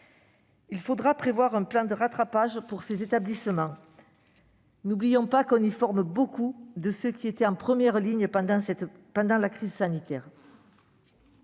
Il faudra prévoir un plan de rattrapage pour ces établissements. N'oublions pas qu'on y forme nombre de ceux qui étaient en première ligne pendant la crise sanitaire.